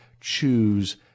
choose